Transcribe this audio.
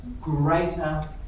greater